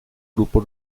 grupo